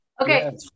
Okay